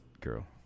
girl